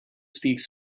speaks